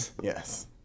Yes